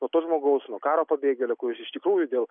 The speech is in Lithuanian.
nuo to žmogaus nuo karo pabėgėlio kuris iš tikrųjų dėl